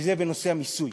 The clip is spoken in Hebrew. וזה בנושא המיסוי.